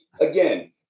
again